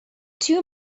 two